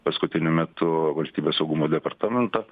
paskutiniu metu valstybės saugumo departamento